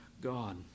God